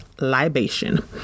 libation